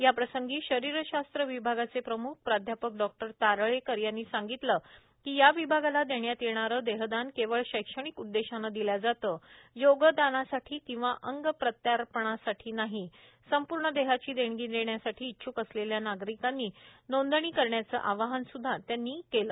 याप्रसंगी शरीरशास्त्राचे विभागाचे प्रमुख प्राध्यापक डॉक्टर तारळेकर यांनी सांगितले की शरीरशास्त्र विभागाला देण्यात येणारे देहदान केवळ शैक्षणिक उददेशाने दिल्या जातं योगदानासाठी किंवा अंग प्रत्यारोपणासाठी नाही संपूर्ण देहाची देणगी देण्यासाठी इच्छ्क असलेल्या नागरिकांनी नोंदनी करण्याचा आवाहन सुद्धा त्यांनी केला